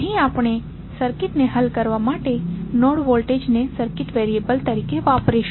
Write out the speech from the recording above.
અહીં આપણે સર્કિટને હલ કરવા માટે નોડ વોલ્ટેજને સર્કિટ વેરીએબલ તરીકે વાપરીશું